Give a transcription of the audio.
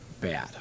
bad